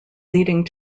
leading